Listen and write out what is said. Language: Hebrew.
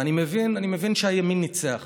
ואני מבין שהימין ניצח,